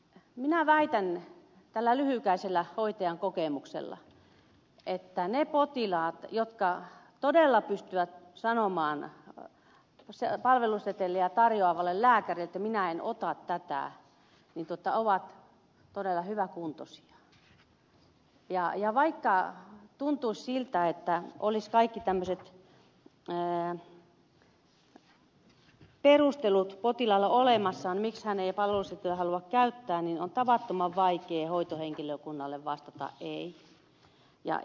minä väitän tällä lyhykäisellä hoitajan kokemuksella että ne potilaat jotka todella pystyvät sanomaan palveluseteliä tarjoavalle lääkärille että minä en ota tätä ovat todella hyväkuntoisia ja vaikka tuntuisi siltä että olisi kaikki tämmöiset perustelut potilaalla olemassa miksi hän ei palveluseteliä halua käyttää niin on tavattoman vaikea hoitohenkilökunnalle vastata ei